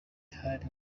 hari